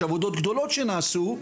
יש עבודות גדולות שנעשו.